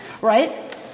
Right